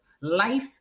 life